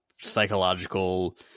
psychological